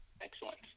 Excellent